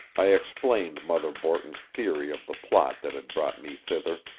i explained mother borton's theory of the plot that had brought me thither.